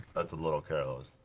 that's a little careless.